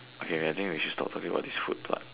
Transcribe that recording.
okay I think we should stop talking about this food part